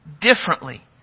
differently